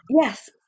Yes